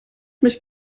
mich